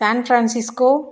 San Francisco